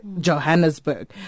Johannesburg